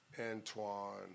Antoine